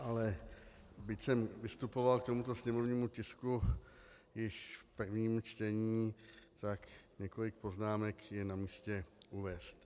Ale byť jsem vystupoval k tomuto sněmovnímu tisku již v prvním čtení, tak několik poznámek je namístě uvést.